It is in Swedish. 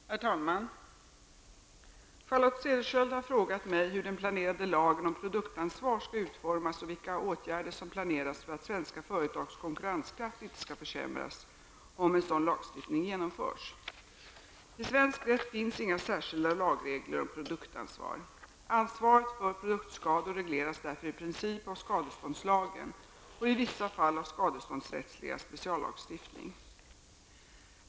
Herr talman! Charlotte Cederschiöld har frågat mig hur den planerade lagen om produktansvar skall utformas och vilka åtgärder som planeras för att svenska företags konkurrenskraft inte skall försämras om en sådan lagstiftning genomförs. I svensk rätt finns inga särskilda lagregler om produktansvar. Ansvaret för produktskador regleras därför i princip av skadeståndslagen och i vissa fall av skadeståndsrättslig speciallagstiftning.